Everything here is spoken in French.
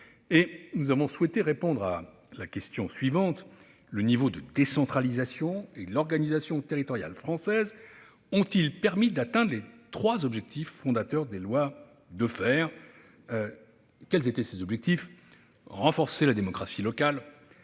Nous avons souhaité répondre à la question : le niveau de décentralisation et l'organisation territoriale française ont-ils permis d'atteindre les trois objectifs fondateurs des lois Defferre ? Ces objectifs étaient, je le rappelle, de renforcer la démocratie locale,